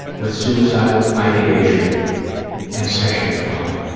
with suicidal ideation and sexual trauma.